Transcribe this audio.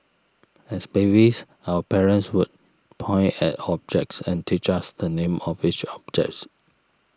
as babies our parents would point at objects and teach us the names of each objects